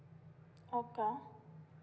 okay